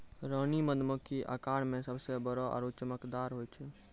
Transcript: रानी मधुमक्खी आकार मॅ सबसॅ बड़ो आरो चमकदार होय छै